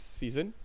season